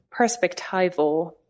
perspectival